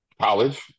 College